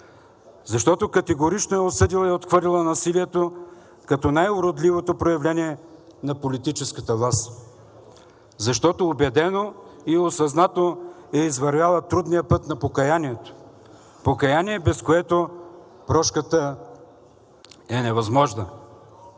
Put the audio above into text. защото категорично е осъдила и отхвърлила насилието като най-уродливото проявление на политическата власт, защото убедено и осъзнато е извървяла трудния път на покаянието – покаяние, без което прошката е невъзможна.